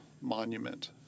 monument